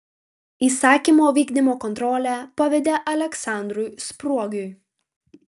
įsakymo vykdymo kontrolę pavedė aleksandrui spruogiui